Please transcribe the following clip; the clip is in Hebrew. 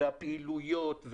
הפעילויות,